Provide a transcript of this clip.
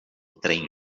trem